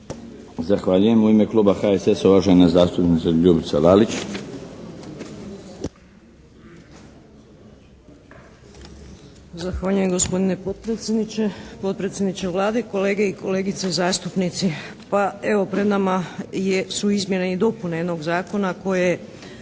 Zahvaljujem. U ime kluba HSS-a, uvažena zastupnica Ljubica Lalić.